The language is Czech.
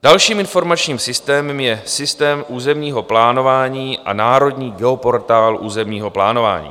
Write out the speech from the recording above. Dalším informačním systémem je systém územního plánování a Národní geoportál územního plánování.